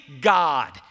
God